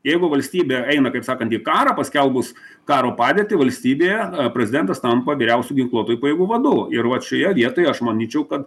jeigu valstybė eina kaip sakant į karą paskelbus karo padėtį valstybėje prezidentas tampa vyriausiu ginkluotųjų pajėgų vadu ir vat šioje vietoje aš manyčiau kad